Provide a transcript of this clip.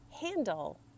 handle